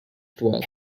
dwell